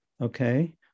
Okay